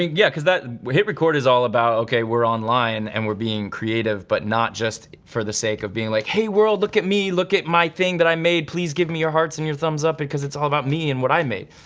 yeah cause hitrecord is all about, okay, we're online and we're being creative, but not just for the sake of being like, hey, world, look at me, look at my thing that i made, please give me your hearts and your thumbs up because it's all about me and what i made,